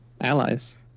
allies